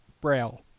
braille